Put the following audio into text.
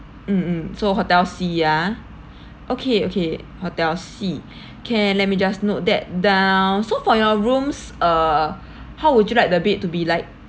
mm mm so hotel C ah okay okay hotel C okay let me just note that down so for your rooms uh how would you like the bed to be like